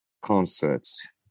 Concerts